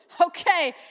Okay